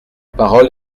parole